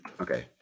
okay